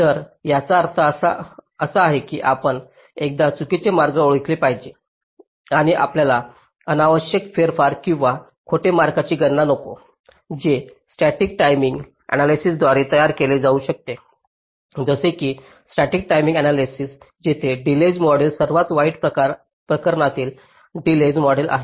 तर याचा अर्थ असा की आपण एकदा चुकीचे मार्ग ओळखले पाहिजेत आणि आपल्याला अनावश्यक फेरफार किंवा खोटे मार्गांची गणना नको आहे जे स्टॅटिक टाईमिंग आण्यालायसिसद्वारे तयार केले जाते जसे की स्टॅटिक टाईमिंग आण्यालायसिस जिथे डिलेज मॉडेल सर्वात वाईट प्रकरणातील डिलेज मॉडेल आहे